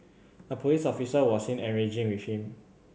a police officer was seen engaging with him